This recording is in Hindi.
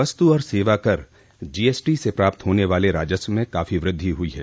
वस्तु और सेवा कर जीएसटी से प्राप्त होने वाले राजस्व में काफी वृद्धि हुई ह